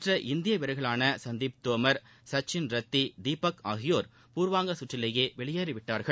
மற்ற இந்திய வீரர்களான சந்தீப் தோமர் சச்சின் ரத்தி தீபக் ஆகியோர் பூர்வாங்க சுற்றிலேயே வெளியேறிவிட்டார்கள்